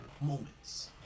moments